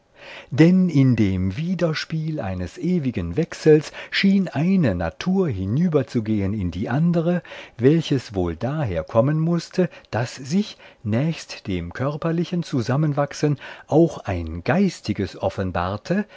denn in dem widerspiel eines ewigen wechsels schien eine natur hinüberzugehen in die andre welches wohl daher kommen mußte daß sich nächst dem körperlichen zusammenwachsen auch ein geistiges offenbarte